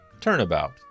turnabout